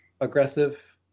aggressive